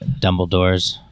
Dumbledores